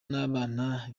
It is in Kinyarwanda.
n’abana